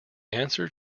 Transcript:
answer